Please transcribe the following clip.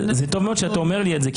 טוב שאתה אומר לי את זה.